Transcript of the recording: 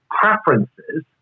preferences